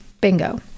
bingo